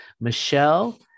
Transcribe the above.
Michelle